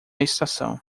estação